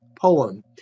poem